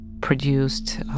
produced